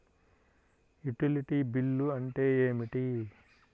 Utility bill అంటే ఏమిటి?